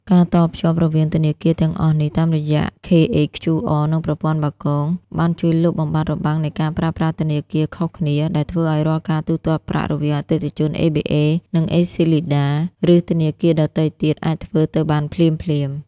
ការតភ្ជាប់រវាងធនាគារទាំងអស់នេះតាមរយៈ KHQR និងប្រព័ន្ធបាគង បានជួយលុបបំបាត់របាំងនៃការប្រើប្រាស់ធនាគារខុសគ្នា ដែលធ្វើឱ្យរាល់ការទូទាត់ប្រាក់រវាងអតិថិជន ABA និងអេស៊ីលីដា (ឬធនាគារដទៃទៀត) អាចធ្វើទៅបានភ្លាមៗ។